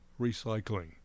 recycling